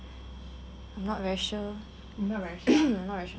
I'm not very sure